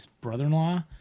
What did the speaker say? brother-in-law